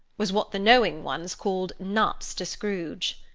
was what the knowing ones call nuts to scrooge.